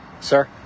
Sir